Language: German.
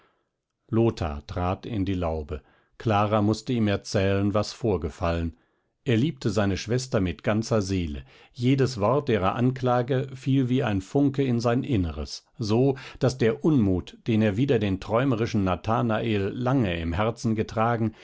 lothar trat in die laube clara mußte ihm erzählen was vorgefallen er liebte seine schwester mit ganzer seele jedes wort ihrer anklage fiel wie ein funke in sein inneres so daß der unmut den er wider den träumerischen nathanael lange im herzen getragen